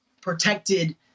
protected